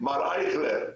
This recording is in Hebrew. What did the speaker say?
מר אייכלר,